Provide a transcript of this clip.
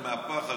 גם מהפחד,